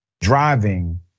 Driving